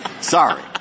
Sorry